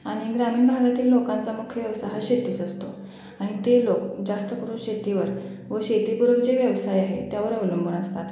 आणी ग्रामीण भागातील लोकांचा मुख्य व्यवसाय हा शेतीच असतो आणि ते लोक जास्तकरून शेतीवर व शेतीपूरक जे व्यवसाय आहे त्यावर अवलंबून असतात